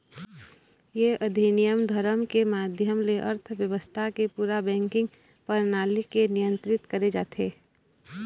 ये नियम धरम के माधियम ले अर्थबेवस्था के पूरा बेंकिग परनाली ले नियंत्रित करे जाथे